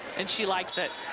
and she likes it.